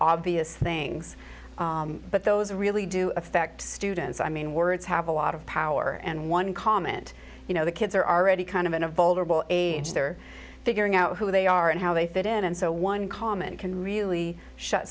obvious things but those really do affect students i mean words have a lot of power and one comment you know the kids are already kind of in a vulnerable age they're figuring out who they are and how they fit in and so one comment can really shut